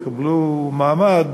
יקבלו מעמד,